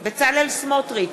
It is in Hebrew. בצלאל סמוטריץ,